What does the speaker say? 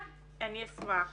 אני אשמח